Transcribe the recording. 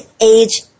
age